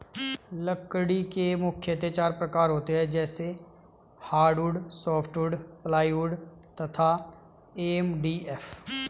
लकड़ी के मुख्यतः चार प्रकार होते हैं जैसे हार्डवुड, सॉफ्टवुड, प्लाईवुड तथा एम.डी.एफ